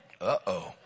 Uh-oh